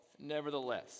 nevertheless